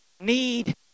need